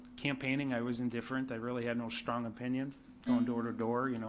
campaigning i was indifferent, i really had no strong opinion going door to door. you know,